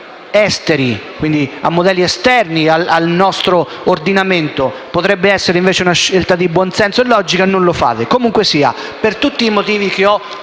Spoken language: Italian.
esteri, e quindi a modelli esterni rispetto al nostro ordinamento, potrebbe essere invece una scelta di buon senso e logica, non lo fate. Comunque sia, per tutti i motivi che ho